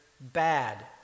bad